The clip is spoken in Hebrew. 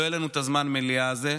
לא יהיה לנו את זמן המליאה הזה,